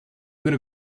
going